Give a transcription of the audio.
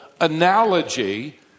analogy